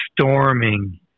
storming